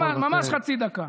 ממש חצי דקה.